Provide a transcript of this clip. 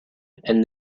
and